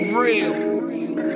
real